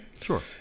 Sure